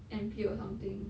N_P or something